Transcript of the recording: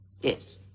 Yes